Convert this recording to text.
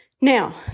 Now